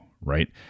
Right